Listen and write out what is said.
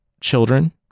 children